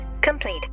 complete